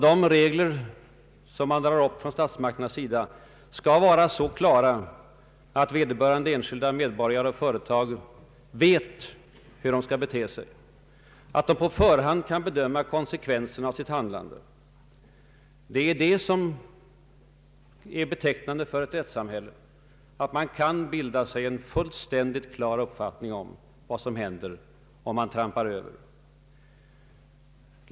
De regler som statsmakterna drar upp skall vara så klara att enskilda medborgare och företag vet hur de skall bete sig, att de på förhand kan bedöma konsekvenserna av sitt handlande. Detta är det betecknande för ett rättssamhälle: att man kan bilda sig en fullkomligt klar uppfattning om var man ”trampar över” och vad som då händer.